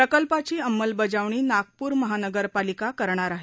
प्रकल्पाची अंमलबजावणी नागपूर महानगरपालिका करणार आहे